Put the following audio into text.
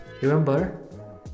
Remember